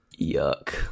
Yuck